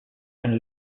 and